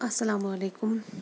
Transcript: اَسلامُ علیکُم